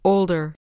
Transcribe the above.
Older